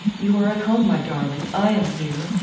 you are at home, my darling. i am here.